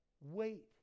Wait